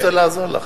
אני רוצה לעזור לך.